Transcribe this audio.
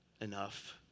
enough